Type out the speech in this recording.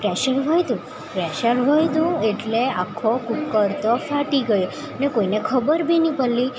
pressure વધ્યું pressure વધ્યું એટલે આખો કૂકરતો ફાટી ગયો ને કોઈને ખબર બી નહીં પડી